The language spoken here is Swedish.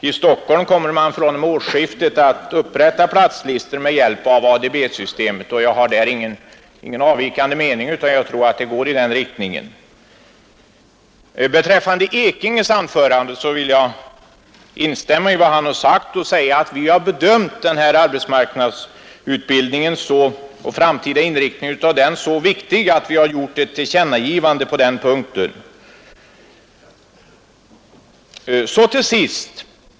I Stockholm kommer man att fr.o.m. årsskiftet upprätta platslistor med hjälp av ADB-systemet, och jag har i det sammanhanget ingen avvikande mening. Beträffande herr Ekinges anförande vill jag instämma i vad han sade och framhålla att utskottet har bedömt den här arbetsmarknadsutbildningen och dess framtida inriktning som så viktig att vi har föreslagit ett tillkännagivande för Kungl. Maj:t på den punkten.